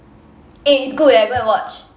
eh it's good eh go and watch